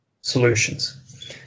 solutions